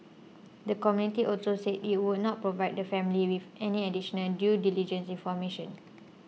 the committee also said it would not provide the family with any additional due diligence information